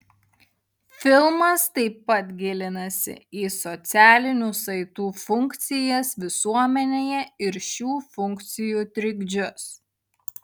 filmas taip pat gilinasi į socialinių saitų funkcijas visuomenėje ir šių funkcijų trikdžius